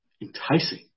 enticing